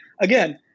again